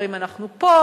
אומרים: אנחנו פה,